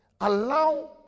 allow